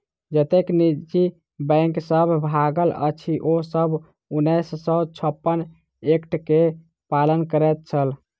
जतेक निजी बैंक सब भागल अछि, ओ सब उन्नैस सौ छप्पन एक्ट के पालन करैत छल